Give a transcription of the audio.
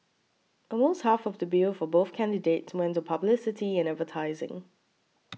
almost half of the bill for both candidates went to publicity and advertising